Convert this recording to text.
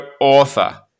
author